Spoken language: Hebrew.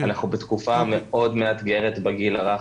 אנחנו בתקופה מאוד מאתגרת בגיל הרך,